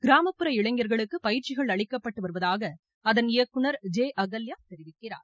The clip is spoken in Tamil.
கிராமப்புற இளைஞர்களுக்கு பயிற்சிகள் அளிக்கப்பட்டு வருவதாக அதன் இயக்குனர் ஜெ அகல்யா தெரிவிக்கிறார்